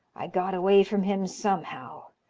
i got away from him somehow,